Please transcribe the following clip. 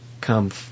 come